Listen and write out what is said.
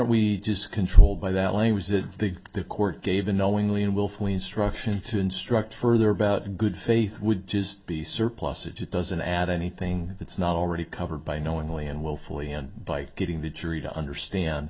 we just controlled by that language that big the court gave a knowingly and willfully instruction to instruct further about good faith would just be surplusage it doesn't add anything that's not already covered by knowingly and willfully and by getting the jury to understand